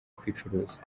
kwicuruza